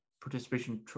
participation